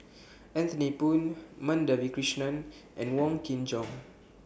Anthony Poon Madhavi Krishnan and Wong Kin Jong